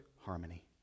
harmony